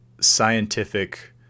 scientific